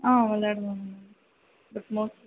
ஆ விளையாடுவாங்க but mostly